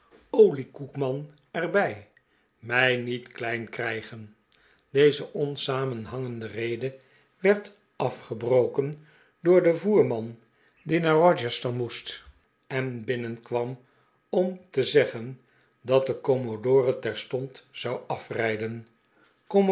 oliekoekenman er bij mij niet klein krijgen deze onsamenhangende rede werd afge broken door den voerman die naar rochester moest en binnenkwam om te zeggen dat de commodore terstond zou afrijden